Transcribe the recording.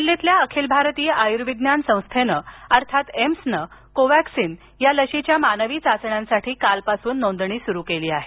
दिल्लीतल्या अखिल भारतीय आयुर्विज्ञान संस्थेनं अर्थात एम्सनं कोवॅक्सीन या लशीच्या मानवी चाचण्यांसाठी कालपासून नोंदणी सुरू केली आहे